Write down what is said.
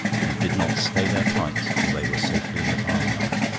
and did not stay their flight till they were safely in the farmyard.